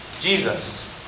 Jesus